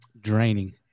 draining